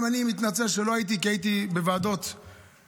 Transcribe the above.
אני מתנצל שלא הייתי, כי הייתי בוועדות אחרות.